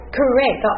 correct